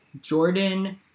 Jordan